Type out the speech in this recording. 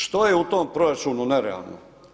Što je u tom proračunu nerealno?